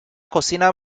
cocina